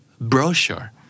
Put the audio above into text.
Brochure